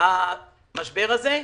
המשבר הזה,